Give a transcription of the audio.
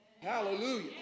Hallelujah